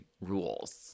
rules